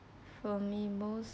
for me most